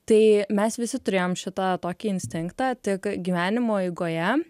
tai mes visi turėjom šitą tokį instinktą tik gyvenimo eigoje